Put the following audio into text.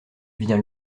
vient